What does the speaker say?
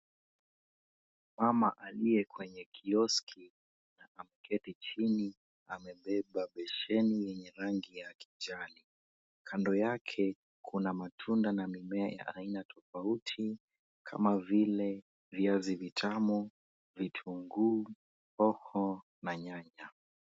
Mama aliye kwenye kioski ameketi chini, amebeba besheni yenye rangi ya kijani. Kando yake, kuna matunda na mimea ya aina tofauti kama vile; viazi vitamu, vitunguu, hoho na nyanya.